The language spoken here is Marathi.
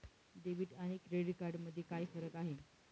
डेबिट आणि क्रेडिट कार्ड मध्ये काय फरक आहे?